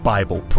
Bible